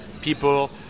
people